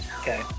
Okay